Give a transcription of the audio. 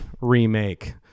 remake